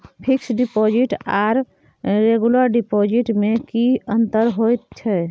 Fix deposit or regular deposit में की अंतर होय छै?